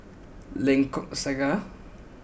Lengkok Saga